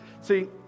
See